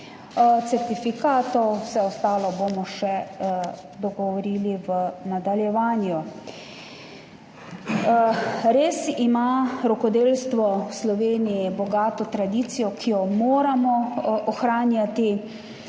certifikatov, vse ostalo se bomo še dogovorili v nadaljevanju. Rokodelstvo ima v Sloveniji res bogato tradicijo, ki jo moramo ohranjati.